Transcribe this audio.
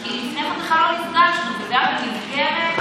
כי לפני כן בכלל לא נפגשנו.